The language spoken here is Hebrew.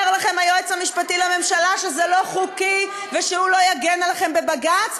אומר לכם היועץ המשפטי לממשלה שזה לא חוקי ושהוא לא יגן עליכם בבג"ץ,